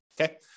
Okay